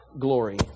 glory